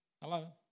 Hello